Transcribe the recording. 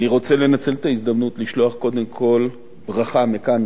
אני רוצה לנצל את ההזדמנות לשלוח קודם כול ברכה מכאן,